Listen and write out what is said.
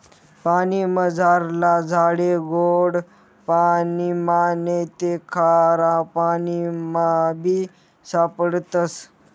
पानीमझारला झाडे गोड पाणिमा नैते खारापाणीमाबी सापडतस